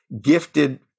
gifted